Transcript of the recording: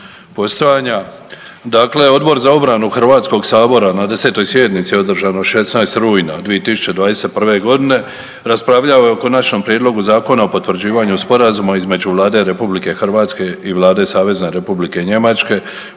postojanja. Dakle, Odbor za obranu HS-a na 10. sjednici održanoj 16 rujna 2021. g. raspravljao je o Konačnom prijedlogu Zakona o potvrđivanju Sporazuma između Vlade Republike Hrvatske i Vlade Savezne Republike Njemačke